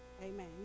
Amen